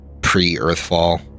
pre-Earthfall